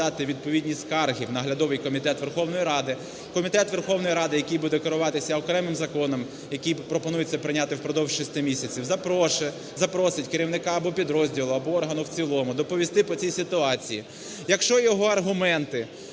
Верховної Ради. Комітет Верховної Ради, який буде керуватися окремим законом, який пропонується прийняти впродовж шести місяців, запросить керівника або підрозділу, або органу в цілому доповісти по цій ситуації.